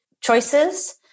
choices